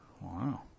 Wow